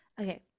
Okay